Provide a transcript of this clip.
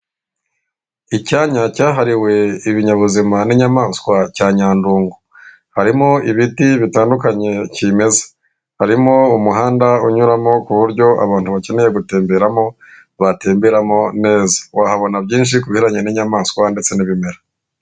Icyanya cyahariwe ibinyabuzima n'inyamaswa cya Nyandungu. Harimo ibiti bitandukanye kimeza harimo umuhanda unyuramo ku buryo abantu bakeneye gutemberamo batemberamo neza, wahabona byinshi ku bijyanranye n'inyamaswa ndetse n'ibimera.